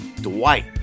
Dwight